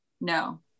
No